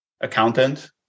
accountant